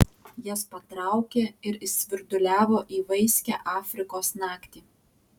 jas patraukė ir išsvirduliavo į vaiskią afrikos naktį